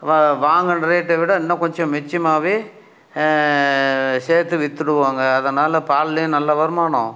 வாங்கின ரேட்டை விட இன்னும் கொஞ்சம் மிச்சமாகவே சேர்த்து விற்றுடுவோங்க அதனால் பால்லையும் நல்ல வருமானம்